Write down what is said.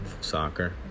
soccer